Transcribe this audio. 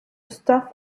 stuff